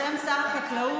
בשם שר החקלאות,